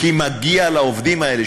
כי מגיע לעובדים האלה,